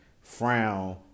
frown